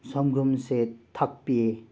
ꯁꯪꯒꯣꯝꯁꯦ ꯊꯛꯄꯤꯌꯦ